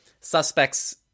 suspects